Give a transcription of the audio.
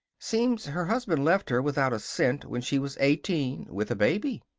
seems her husband left her without a cent when she was eighteen with a baby.